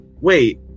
wait